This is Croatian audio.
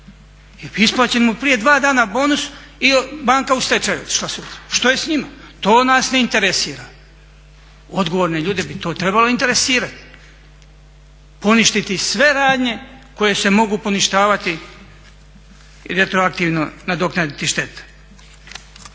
Isplaćen mu prije dva dana bonus i banka u stečaj otišla sutra. Što je s njima? To nas ne interesira. Odgovorne ljude bi to trebalo interesirati, poništiti sve radnje koje se mogu poništavati i retroaktivno nadoknaditi štete.